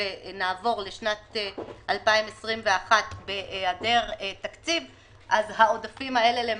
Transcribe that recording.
ונעבור לשנת 2021 בהיעדר תקציב אז העודפים האלה למעשה,